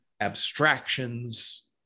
abstractions